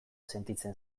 sentitzen